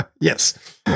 Yes